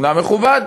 אומנם מכובד.